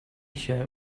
shirt